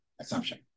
assumption